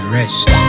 rest